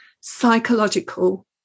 psychological